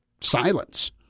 silence